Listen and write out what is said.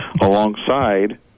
alongside